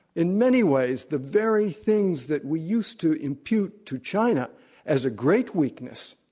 in many ways, the very things that we used to impute to china as a great weakness,